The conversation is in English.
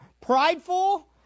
prideful